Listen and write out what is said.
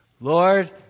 Lord